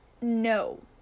No